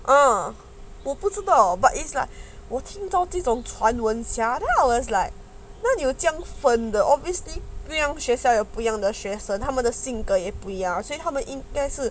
ah 我不知道 but it's like 我听到这种传闻 sia then I was like 哪里有这样分的 obviously 那样学校有不一样的学生他们的性格也不一样所以他们应该是